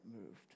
moved